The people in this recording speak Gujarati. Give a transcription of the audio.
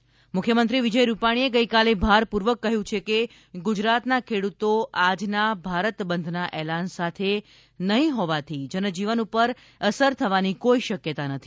મુખ્યમંત્રી બંધનો ઈન્કાર મુખ્યમંત્રી વિજય રૂપાણીએ ગઇકાલે ભારપૂર્વક કહ્યું છે કે ગુજરાતના ખેડૂતો આજના ભારત બંધના એલાન સાથે નહીં હોવાથી જનજીવન ઉપર અસર થવાની કોઈ શક્યતા નથી